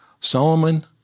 Solomon